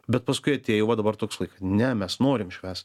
bet paskui atėjo va dabar toksai kad ne mes norim švęst